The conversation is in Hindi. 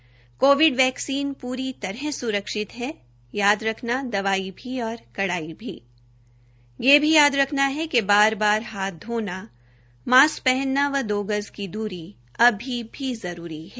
कोविड वैक्सीन प्रेरी तरह स्रक्षित है याद रखना दवाई भी और कड़ाई भी यह भी याद रखना है कि बार बार हाथ धोना मास्क हनना व दो गज की दूरी अभी भी जरूरी है